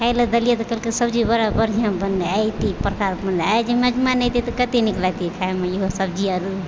खाइ लए देलियै तऽ कहलकै सब्जी बड़ा बढ़िआँ बनल आइ ई प्रकारके बनल आइ जे मेहमान अबितै तऽ कत्ते नीक लगितै खाइमे इहो सब्जी आओर